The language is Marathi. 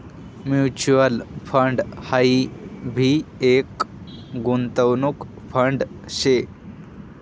म्यूच्यूअल फंड हाई भी एक गुंतवणूक फंड शे